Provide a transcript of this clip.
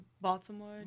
Baltimore